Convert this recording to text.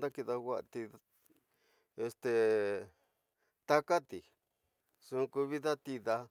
xa kidawati takati, nxu ku vida, tidaa